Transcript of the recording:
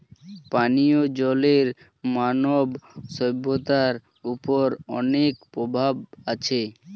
পানিও জলের মানব সভ্যতার ওপর অনেক প্রভাব আছে